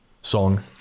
song